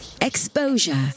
Exposure